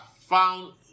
found